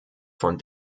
von